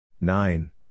Nine